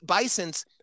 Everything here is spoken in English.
bison's